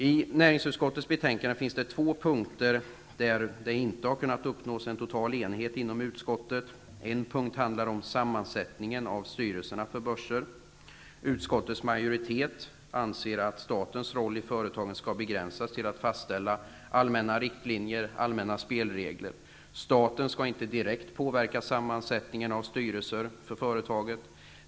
I näringsutskottets betänkande finns två punkter där det inte har kunnat uppnås total enighet i utskottet. En punkt handlar om sammansättningen av styrelserna för börser. Utskottets majoritet anser att statens roll i företagen skall begränsas till att fastställa allmänna riktlinjer och spelregler. Staten skall inte direkt påverka sammansättningen av styrelser för företag.